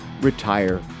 Retire